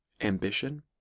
Ambition